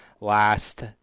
Last